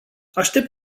aștept